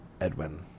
Edwin